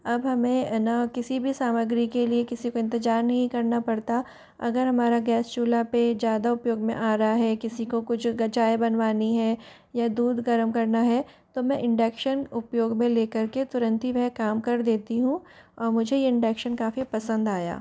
अब हमें ना किसी भी सामग्री के लिए किसी को इंतजार करना पड़ता अगर हमारा गैस चूल्हा पे ज़्यादा उपयोग में आ रहा है किसी को कुछ चाय बनवानी है या दूध गर्म करना है तो मैं इंडक्शन उपयोग में लेकर के तुरंत ही वह काम कर देती हूँ और मुझे इंडक्शन काफ़ी पसंद आया